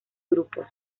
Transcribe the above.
grupos